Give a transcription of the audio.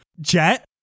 Jet